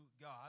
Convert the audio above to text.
God